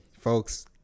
folks